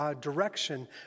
direction